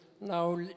now